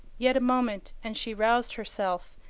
yet a moment, and she roused herself,